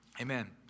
Amen